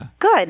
Good